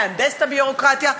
להנדס את הביורוקרטיה,